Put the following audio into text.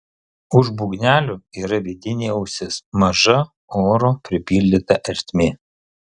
už būgnelio yra vidinė ausis maža oro pripildyta ertmė